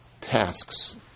tasks